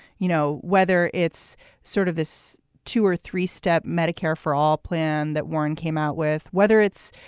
you know, whether it's sort of this two or three step. medicare for all plan that warren came out with, whether it's,